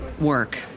work